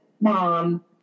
Mom